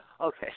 Okay